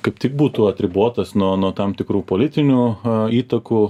kaip tik būtų atribotas nuo nuo tam tikrų politinių įtakų